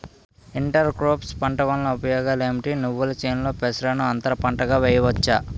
Inter crops పంట వలన ఉపయోగం ఏమిటి? నువ్వుల చేనులో పెసరను అంతర పంటగా వేయవచ్చా?